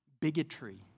bigotry